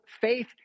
faith